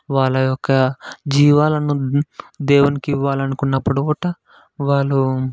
వాళ్ళ యొక్క జీవాలను దేవునికి ఇవ్వాలి అనుకున్నప్పుడు కూట వాళ్ళు